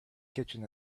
kitchen